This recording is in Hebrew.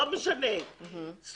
זאת גם הקריאה שלי.